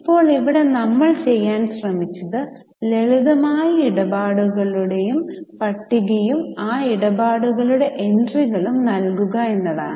ഇപ്പോൾ ഇവിടെ നമ്മൾ ചെയ്യാൻ ശ്രമിച്ചത് ലളിതമായ ഇടപാടുകളുടെ പട്ടികയും ആ ഇടപാടുകളുടെ എൻട്രികളും നൽകുക എന്നതാണ്